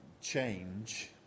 change